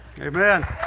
Amen